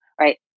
Right